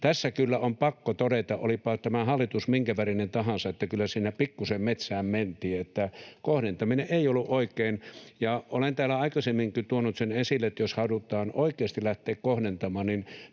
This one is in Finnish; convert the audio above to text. Tässä kyllä on pakko todeta, olipa tämä hallitus minkä värinen tahansa, että kyllä siinä pikkuisen metsään mentiin, kohdentaminen ei ollut oikein. Olen täällä aikaisemminkin tuonut esille sen, että jos halutaan oikeasti lähteä kohdentamaan,